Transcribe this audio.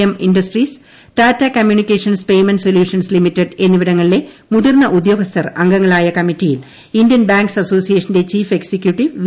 M industries Tata communications payment solutions limited എന്നിവിടങ്ങളിലെ മുതിർന്ന ഉദ്യോഗസ്ഥർ അംഗങ്ങളായ കമ്മിറ്റിയിൽ ഇന്ത്യൻ ബാങ്ക്സ് അസോസിയേഷന്റെ ചീഫ് എക്സിക്യൂട്ടീവ് വി